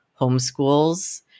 homeschools